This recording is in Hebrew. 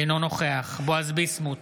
אינו נוכח בועז ביסמוט,